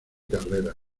carreras